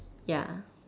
ya